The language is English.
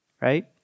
right